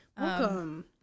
Welcome